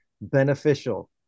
beneficial